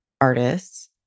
artists